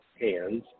hands